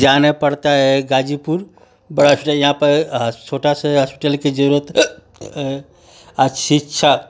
जाने पड़ता है गाजीपुर बरस से यहाँ पर हस छोटा सा हस्पिटल कि जरूरत आ शिक्षा